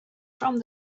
from